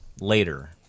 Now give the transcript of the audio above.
later